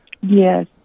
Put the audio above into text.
Yes